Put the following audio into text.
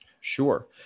Sure